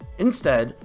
instead,